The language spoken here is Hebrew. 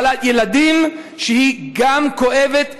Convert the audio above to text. מחלת ילדים שהיא גם כואבת,